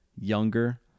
younger